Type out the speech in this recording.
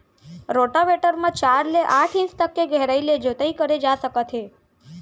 rotavator म चार ले आठ इंच तक के गहराई ले जोताई करे जा सकत हे